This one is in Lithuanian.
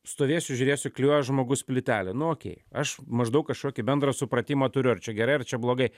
stovėsiu žiūrėsiu klijuoja žmogus plytelę nuo okei aš maždaug kažkokį bendrą supratimą turiu ar čia gerai ar čia blogai